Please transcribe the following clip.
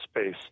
space